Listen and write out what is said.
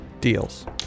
Deals